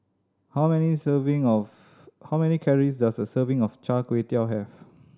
how many serving of how many calories does a serving of Char Kway Teow have